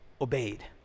obeyed